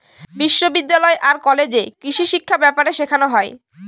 বিশ্ববিদ্যালয় আর কলেজে কৃষিশিক্ষা ব্যাপারে শেখানো হয়